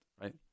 right